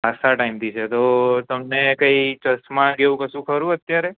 ખાસા તાઈમ થી છે તો તમને કઈ ચશ્મા એવું કસું ખરું અત્યારે